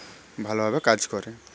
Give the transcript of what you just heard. ভালোভাবে কাজ করে